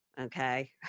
okay